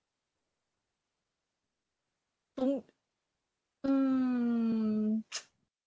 don't mm